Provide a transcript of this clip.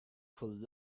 could